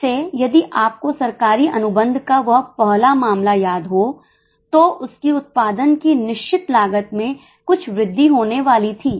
फिर से यदि आपको सरकारी अनुबंध का वह पहला मामला याद हो तो उसकी उत्पादन की निश्चित लागत में कुछ वृद्धि होने वाली थी